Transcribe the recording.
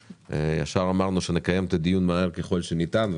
ישר אמרנו שנקיים את הדיון מהר ככל שניתן,